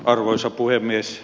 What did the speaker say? arvoisa puhemies